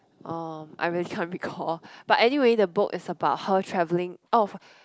uh I really can't recall but anyway the book is about how travelling oh